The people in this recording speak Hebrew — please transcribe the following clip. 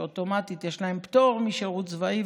שאוטומטית יש להן פטור משירות צבאי,